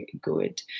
good